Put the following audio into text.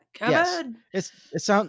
yes